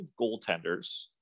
goaltenders